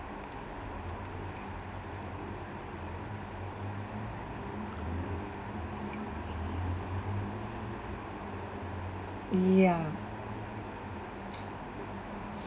yeah